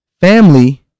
family